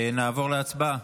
נעבור להצבעה.